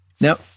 Now